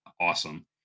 awesome